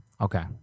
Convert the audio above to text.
Okay